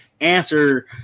answer